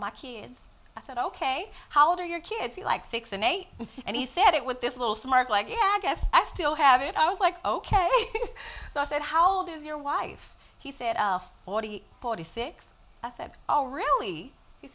my kids i said ok how old are your kids like six and eight and he said it with this little smirk like yeah i guess i still have it i was like ok so i said how old is your wife he said forty forty six i said oh really he